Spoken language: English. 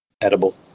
edible